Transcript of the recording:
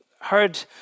heard